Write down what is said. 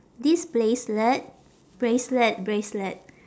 this bracelet bracelet bracelet